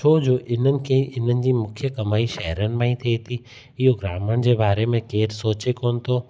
छो जो इन्हनि खे इन्हनि जी मुख्य कमाई शहरनि मां ई थिए थी इहो ग्रामीण जे बारे में केरु सोचे कोन थो